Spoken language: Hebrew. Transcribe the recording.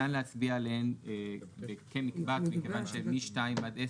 בסעיף 62(2) בסעיף 28(ב1)(7),